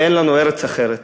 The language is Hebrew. ואין לנו ארץ אחרת.